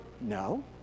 No